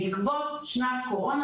בעקבות שנת קורונה,